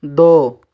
دو